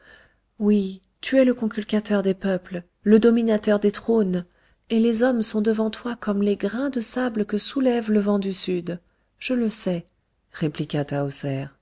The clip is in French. oui tu es le conculcateur des peuples le dominateur des trônes et les hommes sont devant toi comme les grains de sable que soulève le vent du sud je le sais répliqua